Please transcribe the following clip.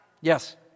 Yes